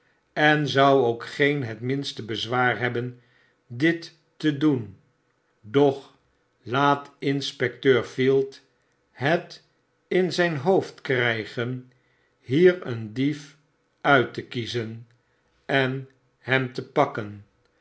en zou ook geen het minste bez waar hebben dit te doen doch laat inspecteur field het in zyn hoofd ltfygen hier een dief uit te kiezen en hem te pakken